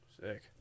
Sick